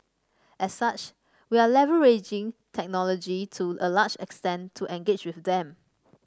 as such we are leveraging technology to a large extent to engage with them